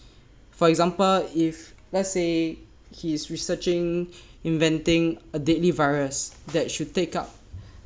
for example if let's say he is researching inventing a deadly virus that should take up